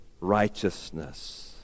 righteousness